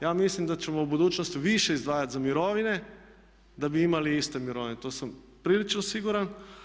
Ja mislim da ćemo u budućnosti više izdvajati za mirovine da bi imali iste mirovine to sam prilično siguran.